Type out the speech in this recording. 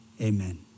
Amen